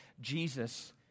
Jesus